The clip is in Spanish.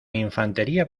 infantería